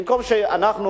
במקום שאנחנו,